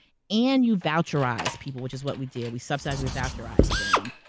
and you voucherize people, which is what we did. we subsidize, we voucherize them.